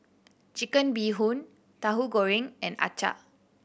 Chicken Bee Hoon Tauhu Goreng and acar